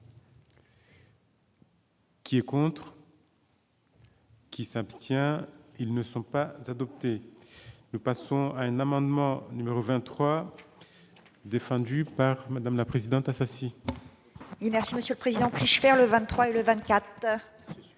Qui est pour. Qui s'abstient, ils ne sont pas adoptées le passons un amendement numéro 23 défendue par Madame la Présidente Assassi. Merci Monsieur le Président, riches vers le 23 et le 24